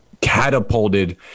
catapulted